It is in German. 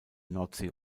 nordsee